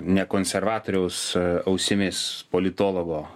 ne konservatoriaus ausimis politologo